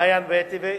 מעיין ואתי,